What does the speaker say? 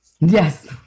Yes